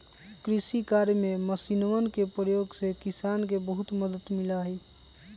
कृषि कार्य में मशीनवन के प्रयोग से किसान के बहुत मदद मिला हई